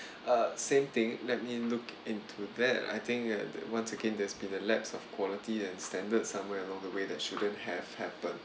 uh same thing let me look into that I think you've to once again there's been a lacks of quality and standards somewhere along the way that shouldn't have happened